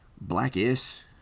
Blackish